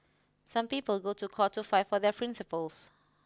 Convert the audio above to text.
some people go to court to fight for their principles